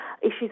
issues